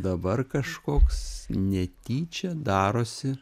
dabar kažkoks netyčia darosi